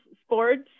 sports